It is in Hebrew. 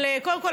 קודם כול,